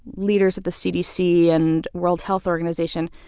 leaders at the cdc and world health organization,